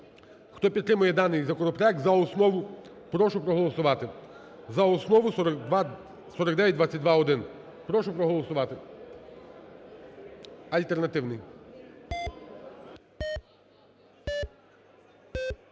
Хто підтримує даний законопроект за основу, прошу проголосувати. За основу 4922-1, прошу проголосувати альтернативний.